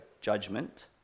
judgment